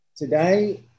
Today